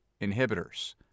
inhibitors